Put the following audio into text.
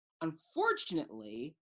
unfortunately